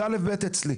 זה א'-ב' אצלי.